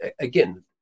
again